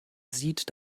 sieht